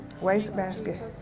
wastebasket